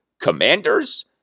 Commanders